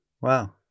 Wow